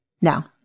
Now